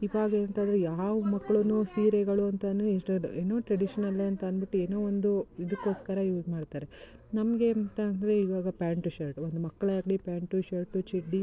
ಇವಾಗ ಎಂಥ ಅಂದರೆ ಯಾವ ಮಕ್ಳು ಸೀರೆಗಳು ಅಂತ ಇನ್ಸ್ಟೆಡ್ ಏನು ಟ್ರೆಡಿಷನಲ್ಲೇ ಅಂತ ಅನ್ಬಿಟ್ಟು ಏನೋ ಒಂದು ಇದಕೋಸ್ಕರ ಯೂಸ್ ಮಾಡ್ತಾರೆ ನಮಗೇ ಅಂತ ಅಂದರೆ ಇವಾಗ ಪ್ಯಾಂಟು ಶರ್ಟು ಒಂದು ಮಕ್ಳಾಗಲೀ ಪ್ಯಾಂಟು ಶರ್ಟು ಚಡ್ಡಿ